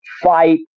fight